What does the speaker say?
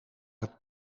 het